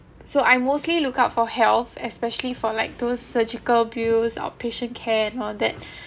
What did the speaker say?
so I mostly look out for health especially for like those surgical bills outpatient care and all that